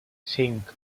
cinc